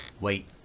Wait